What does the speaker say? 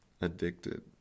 addicted